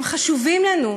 הם חשובים לנו.